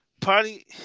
party